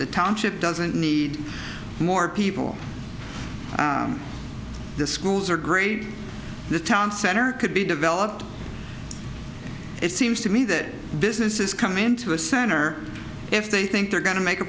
the township doesn't need more people the schools are great the town center could be developed it seems to me that businesses come into a center if they think they're going to make a